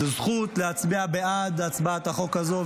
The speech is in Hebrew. זו זכות להצביע בעד הצבעת החוק הזו,